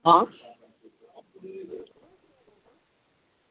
आं